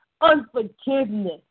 unforgiveness